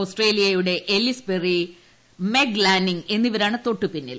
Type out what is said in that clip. ഓസ്ട്രേലിയയുടെ Ellyse Perry Meg Lanning എന്നിവരാണ് തൊട്ടുപിന്നിൽ